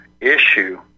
issue